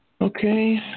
Okay